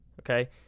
okay